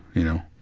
you know,